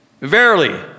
Verily